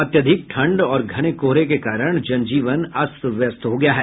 अत्यधिक ठंड और घने कोहरे के कारण जन जीवन अस्त व्यस्त हो गया है